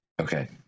okay